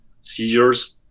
seizures